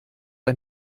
ein